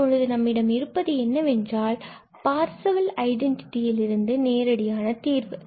தற்போது நம்மிடம் இருப்பது என்னவென்றால் பார்செவல் ஐடென்டிட்டியில் இருந்து நேரடியான தீர்வு